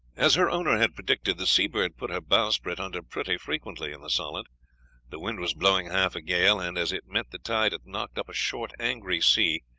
as her owner had predicted, the seabird put her bowsprit under pretty frequently in the solent the wind was blowing half a gale, and as it met the tide it knocked up a short, angry sea,